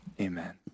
Amen